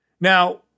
Now